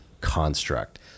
construct